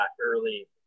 early